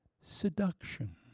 seduction